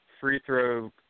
free-throw